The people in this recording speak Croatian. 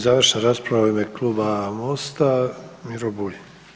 završna rasprava u ime Kluba MOST-a, Miro Bulj.